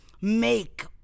make